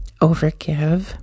overgive